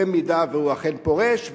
במידה שהוא אכן פורש,